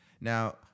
Now